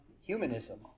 humanism